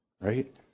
Right